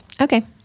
Okay